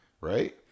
right